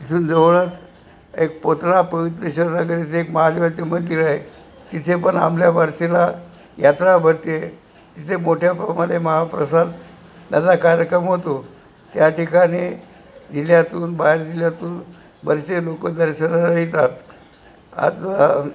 तिथून जवळचं एक पोतळा पवित एक महादेवाचं मंदिर आहे तिथे पण आमल्या वारसेला यात्रा भरते तिथे मोठ्या प्रमाणे महाप्रसादाचा कार्यक्रम होतो त्या ठिकाणी जिल्ह्यातून बाहेर जिल्ह्यातून बरेचसे लोक दर्शनाला येतात आता